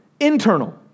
internal